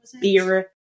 beer